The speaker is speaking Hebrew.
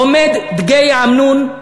עומד דגי האמנון,